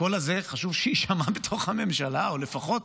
הקול הזה, חשוב שיישמע בתוך הממשלה, או לפחות